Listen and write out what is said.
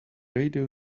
radio